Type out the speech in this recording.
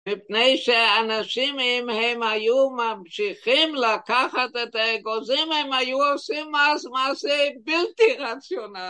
מפני שאנשים אם הם היו ממשיכים לקחת את האגוזים הם היו עושים מעשה בלתי רציונלי